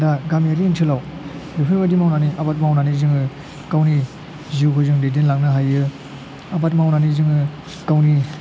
दा गामियारि ओनसोलाव बेफोरबादि मावनानै आबाद मावनानै जोङो गावनि जिउखौ जों दैदेनलांनो हायो आबाद मावनानै जोङो गावनि